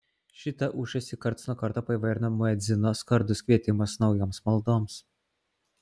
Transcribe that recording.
šitą ūžesį kartas nuo karto paįvairina muedzino skardus kvietimas naujoms maldoms